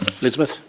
Elizabeth